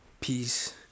Peace